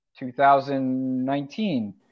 2019